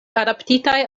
adaptitaj